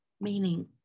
meaning